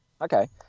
Okay